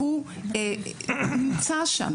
שהוא נמצא שם.